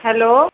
hello